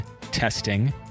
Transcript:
testing